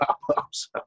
problems